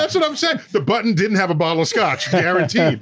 ah what i'm saying. the button didn't have a bottle of scotch, guaranteed.